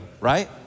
right